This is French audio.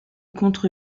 contre